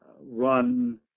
run